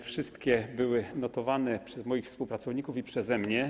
Wszystkie były notowane przez moich współpracowników i przeze mnie.